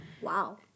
Wow